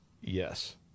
Yes